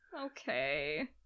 Okay